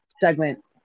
segment